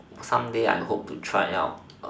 someday I hope to try out